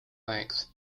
length